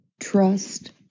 trust